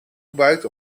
gebruikt